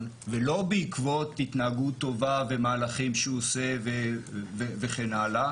ולא בעקבות התנהגות טובה ומהלכים שהוא עושה וכן הלאה